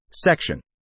Section